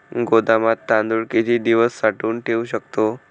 गोदामात तांदूळ किती दिवस साठवून ठेवू शकतो?